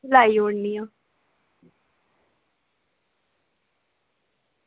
लाई ओड़नी आं